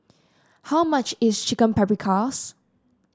how much is Chicken Paprikas